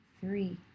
three